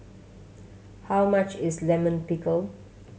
how much is Lime Pickle